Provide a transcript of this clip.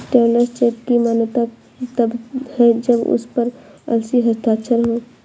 travellers cheque की मान्यता तब है जब उस पर असली हस्ताक्षर हो